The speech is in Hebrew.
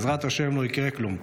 בעזרת השם לא יקרה כלום,